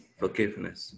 forgiveness